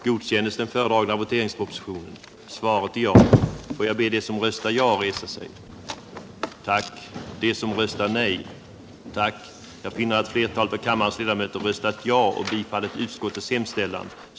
I fråga om detta betänkande hålles gemensam överläggning för samtliga punkter. Under den gemensamma överläggningen får yrkanden framställas beträffande samtliga punkter i betänkandet.